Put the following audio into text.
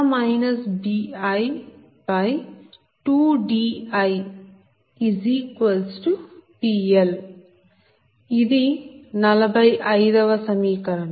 ఇది 45 వ సమీకరణం